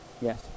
Yes